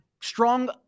strong